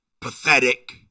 Pathetic